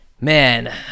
Man